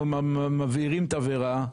אנחנו מבעירים תבערה.